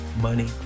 money